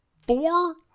four